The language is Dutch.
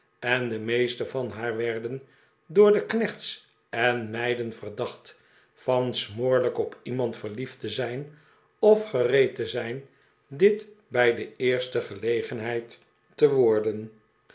en de meeste van haar werden door de knechts en meiden verdacht van smoorlijk op iemand verliefd te zijn of gereed te zijn dit bij de eerste gelegenheid te worden